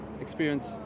experience